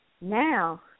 now